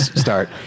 start